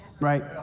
right